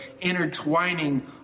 intertwining